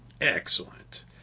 Excellent